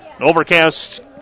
Overcast